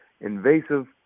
invasive